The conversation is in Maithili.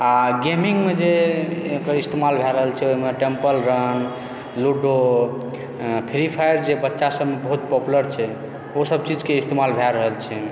आ गेमिंगमे जे एकर इस्तेमाल भए रहल छै ओहिमे Temple Run Ludo Free Fire जे बच्चासभमे बहुत पोपुलर छै ओसभ चीजके इस्तेमाल भए रहल छै